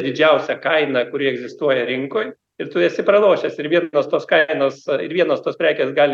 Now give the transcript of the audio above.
didžiausia kaina kuri egzistuoja rinkoj ir tu esi pralošęs ir vienos tos kainos ir vienos tos prekės gali